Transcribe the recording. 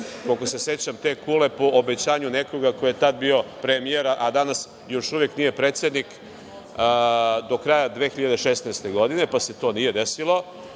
koliko se sećam, te kule po obećanju nekoga ko je tada bio premijer, a danas još uvek nije predsednik, do kraja 2016. godine, pa se to nije desilo.